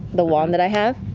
the wand that i have,